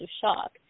shock